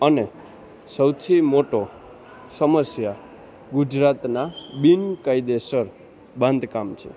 અને સૌથી મોટો સમસ્યા ગુજરાતના બિનકાયદેસર બાંધકામ છે